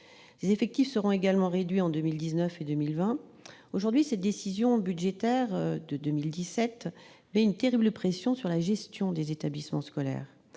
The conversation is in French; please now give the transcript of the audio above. Les effectifs seront également réduits en 2019 et en 2020. Aujourd'hui, la décision budgétaire prise en 2017 met donc une terrible pression sur la gestion des établissements scolaires.